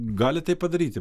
gali tai padaryti